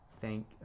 thank